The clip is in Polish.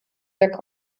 jak